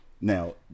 Now